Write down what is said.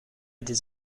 des